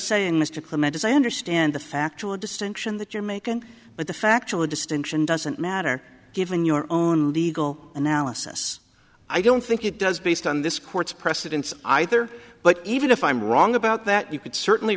clemente i understand the factual distinction that you're making but the factual a distinction doesn't matter given your own legal analysis i don't think it does based on this court's precedents either but even if i'm wrong about that you could certainly